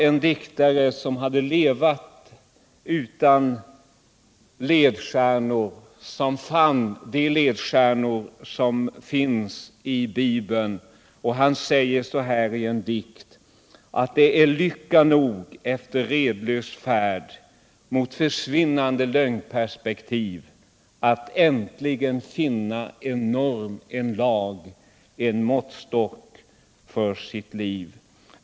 En diktare som levat utan ledstjärnor fann de ledstjärnor som finns i bibeln, och han säger så här i en dikt: Det är lycka nog efter redlös färd mot försvinnande lögnperspektiv att äntligen finna en norm, en lag, en måttstock för sitt liv.